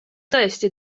tõesti